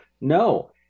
No